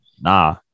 Nah